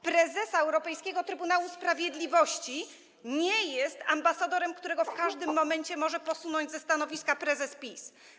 prezesa europejskiego Trybunału Sprawiedliwości nie jest ambasadorem, którego w każdym momencie może usunąć ze stanowiska prezes PiS.